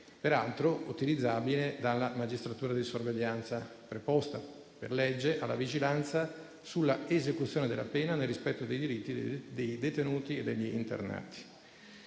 peraltro utilizzabile dalla magistratura di sorveglianza, preposta per legge alla vigilanza sull'esecuzione della pena nel rispetto dei diritti dei detenuti e degli internati.